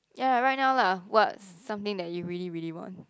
ya right now lah what's something that you really really want